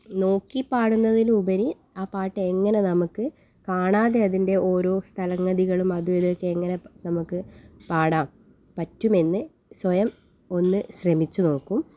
നോക്കി പാടുന്നതിനുപരി ആ പാട്ട് എങ്ങനെ നമുക്ക് കാണാതെ അതിൻ്റെ ഓരോ സ്തലഗതികളും അതും ഇതും ഒക്കെ എല്ലാം എങ്ങനെ നമുക്ക് പാടാം പറ്റുമെന്ന് സ്വയം ഒന്ന് ശ്രമിച്ച് നോക്കും